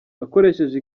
akoresheje